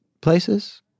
places